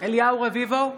אליהו רביבו,